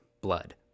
blood